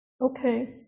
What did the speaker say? okay